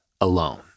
alone